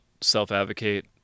self-advocate